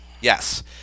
Yes